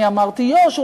אני אמרתי: יו"ש.